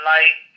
Light